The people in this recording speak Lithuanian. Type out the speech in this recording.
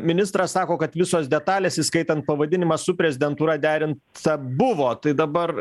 ministras sako kad visos detalės įskaitant pavadinimą su prezidentūra derinta buvo tai dabar